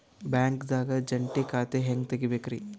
ಬ್ಯಾಂಕ್ದಾಗ ಜಂಟಿ ಖಾತೆ ಹೆಂಗ್ ತಗಿಬೇಕ್ರಿ?